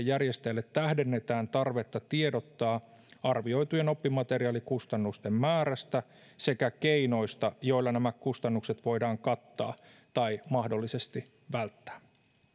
järjestäjille tähdennetään tarvetta tiedottaa arvioitujen oppimateriaalikustannusten määrästä sekä keinoista joilla nämä kustannukset voidaan kattaa tai mahdollisesti välttää